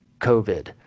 COVID